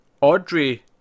Audrey